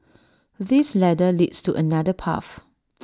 this ladder leads to another path